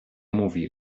mówi